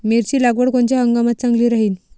मिरची लागवड कोनच्या हंगामात चांगली राहीन?